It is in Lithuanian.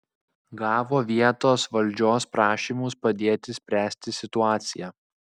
gavo vietos valdžios prašymus padėti spręsti situaciją